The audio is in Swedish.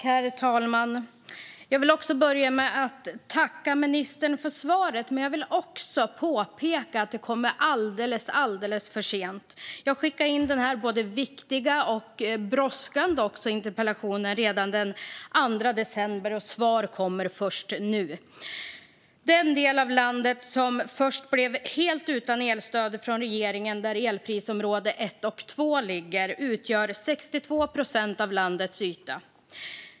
Herr talman! Jag vill också börja med att tacka ministern för svaret. Men jag vill påpeka att det kommer alldeles för sent. Jag skickade in den här både viktiga och brådskande interpellationen redan den 2 december. Svaret kommer först nu. Den del av landet som först blev helt utan elstöd från regeringen och där elprisområde 1 och 2 ligger utgör 62 procent av landets yta.